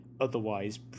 otherwise